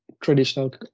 traditional